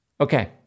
Okay